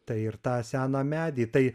tai ir tą seną medį tai